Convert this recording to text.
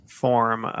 form